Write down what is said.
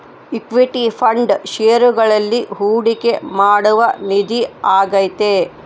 equity fund ಷೇರುಗಳಲ್ಲಿ ಹೂಡಿಕೆ ಮಾಡುವ ನಿಧಿ ಆಗೈತೆ